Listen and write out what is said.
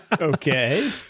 Okay